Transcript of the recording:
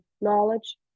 knowledge